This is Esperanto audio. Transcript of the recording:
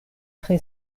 tre